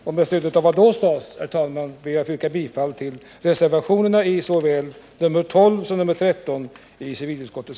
Mot bakgrund av det beslutet och vad som då sades ber jag, herr talman, att